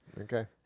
Okay